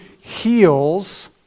heals